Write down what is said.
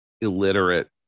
illiterate